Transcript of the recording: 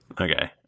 Okay